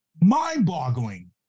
mind-boggling